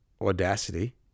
audacity